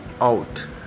out